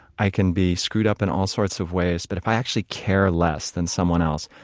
i can be screwed up in all sorts of ways, but if i actually care less than someone else,